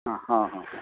ହଁ ହଁ ହଁ